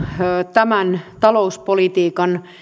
tämän talouspolitiikan